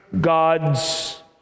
gods